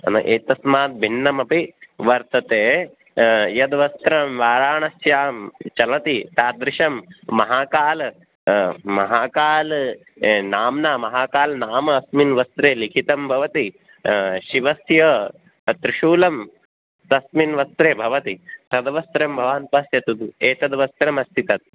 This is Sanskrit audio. न एतस्माद् भिन्नमपि वर्तते यद् वस्त्रं वाराणस्यां चलति तादृशं महाकाल महाकाल नाम्ना महाकालनाम अस्मिन् वस्त्रे लिखितं भवति शिवस्य त्रिशूलं तस्मिन् वस्त्रे भवति तद् वस्त्रं भवान् पश्यतु एतद् वस्त्रमस्ति तद्